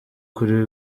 kuri